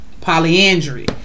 Polyandry